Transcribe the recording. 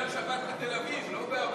על שבת בתל-אביב, לא בעמונה.